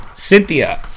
Cynthia